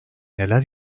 neler